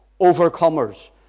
overcomers